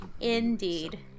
Indeed